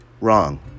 Wrong